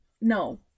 no